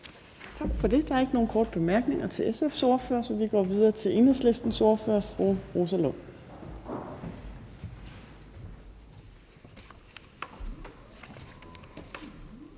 Tak for det. Der er ikke nogen korte bemærkninger til SF's ordfører, så vi går videre til Enhedslistens ordfører, fru Rosa Lund.